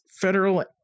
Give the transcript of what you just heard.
federal